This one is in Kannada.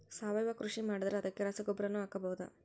ಸಾವಯವ ಕೃಷಿ ಮಾಡದ್ರ ಅದಕ್ಕೆ ರಸಗೊಬ್ಬರನು ಹಾಕಬಹುದಾ?